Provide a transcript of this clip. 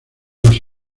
los